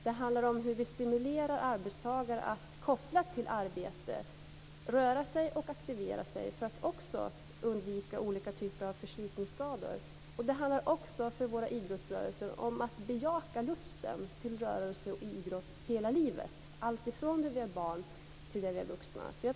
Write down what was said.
Det handlar om hur vi stimulerar arbetstagare att kopplat till arbetet röra sig och aktivera sig och på så sätt undvika olika typer av förslitningsskador. Det handlar för våra idrottsrörelser om att bejaka lusten till rörelse och idrott hela livet, från det vi är barn till att vi är vuxna.